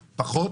פחות,